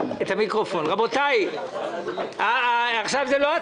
ויביא עוד העברה תקציבית שתפתור את עניין